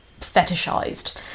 fetishized